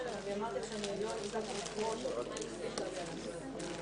על כל רכש שמשרד ממשלתי מבצע,